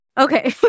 Okay